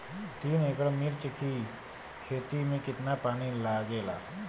तीन एकड़ मिर्च की खेती में कितना पानी लागेला?